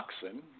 toxin